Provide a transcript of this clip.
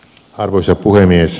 arvoisa puhemies